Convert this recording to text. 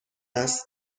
است